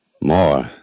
More